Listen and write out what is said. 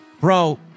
Bro